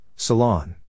Salon